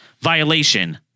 violation